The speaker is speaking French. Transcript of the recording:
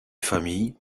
familles